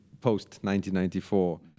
post-1994